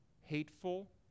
hateful